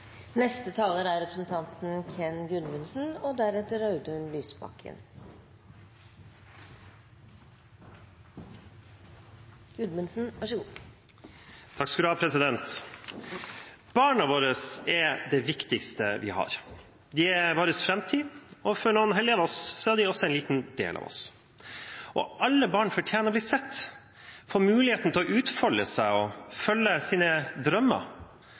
våre er det viktigste vi har. De er vår framtid, og for noen heldige av oss er de også en liten del av oss. Alle barn fortjener å bli sett, få muligheten til å utfolde seg og følge sine drømmer.